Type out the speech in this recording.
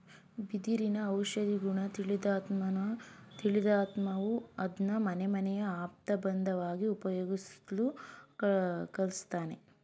ಬಿದಿರಿನ ಔಷಧೀಗುಣ ತಿಳಿದ್ಮಾನವ ಅದ್ನ ಮನೆಮನೆಯ ಆಪ್ತಬಂಧುವಾಗಿ ಉಪಯೋಗಿಸ್ಲು ಕಲ್ತಿದ್ದಾನೆ